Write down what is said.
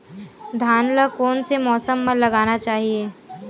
धान ल कोन से मौसम म लगाना चहिए?